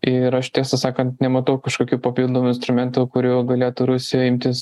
ir aš tiesą sakant nematau kažkokių papildomų instrumentų kurių galėtų rusijoje imtis